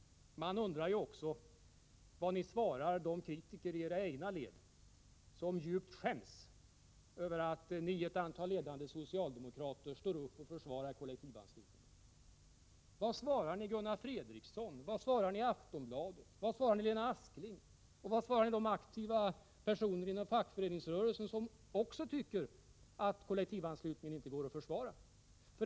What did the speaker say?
Jag undrar också vad socialdemokraterna svarar kritikerna i de egna leden som djupt skäms över att ett antal ledande socialdemokrater står upp och försvarar kollektivanslutningen. Vad säger ni till Gunnar Fredriksson, Aftonbladet, Lena Askling och de aktiva personer inom fackföreningsrörelsen som också tycker att kollektivanslutningen inte går att försvara?